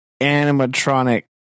animatronic